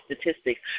statistics